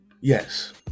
Yes